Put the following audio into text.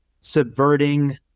subverting